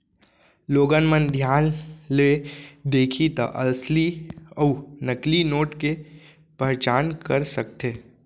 लोगन मन धियान ले देखही त असली अउ नकली नोट के पहचान कर सकथे